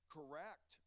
Correct